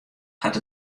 hat